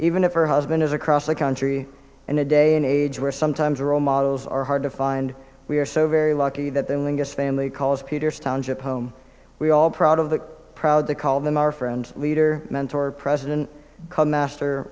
even if her husband is across the country in a day and age where sometimes the role models are hard to find we are so very lucky that their lingus family calls peters township home we all proud of the proud to call them our friend leader mentor president called master